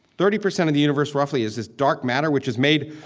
thirty percent of the universe roughly is this dark matter, which is made,